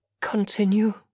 continue